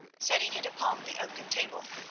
setting it upon the oaken table.